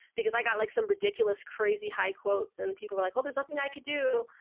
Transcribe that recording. because i got like some ridiculous, crazy high quotes and people were like, oh, there's nothing i could do.